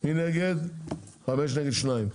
ההסתייגויות נדחו חמש נגד שניים.